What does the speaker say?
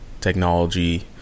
technology